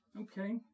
Okay